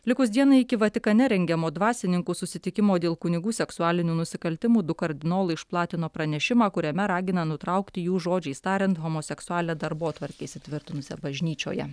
likus dienai iki vatikane rengiamo dvasininkų susitikimo dėl kunigų seksualinių nusikaltimų du kardinolai išplatino pranešimą kuriame ragina nutraukti jų žodžiais tariant homoseksualią darbotvarkę įsitvirtinusią bažnyčioje